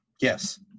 Yes